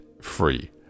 free